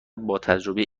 باتجربه